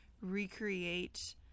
recreate